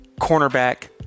cornerback